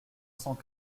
cent